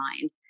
mind